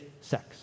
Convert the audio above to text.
sex